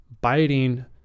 biting